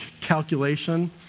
calculation